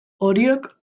oriok